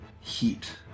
heat